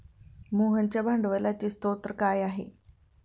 मोहनच्या भांडवलाचे स्रोत काय आहे?